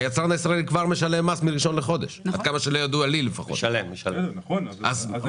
היצרן הישראלי משלם מס מתחילת החודש.